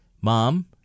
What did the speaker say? mom